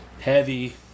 Heavy